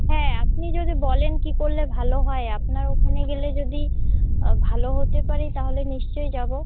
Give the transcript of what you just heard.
হ্যাঁ আপনি যদি বলেন কী করলে ভালো হয় আপনার ওখানে গেলে যদি ভালো হতে পারি তাহলে নিশ্চয়ই যাব